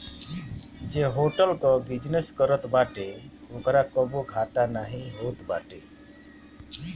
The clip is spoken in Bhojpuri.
जे होटल कअ बिजनेस करत बाटे ओकरा कबो घाटा नाइ होत बाटे